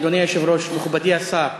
אדוני היושב-ראש, מכובדי השר,